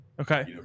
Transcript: Okay